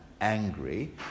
angry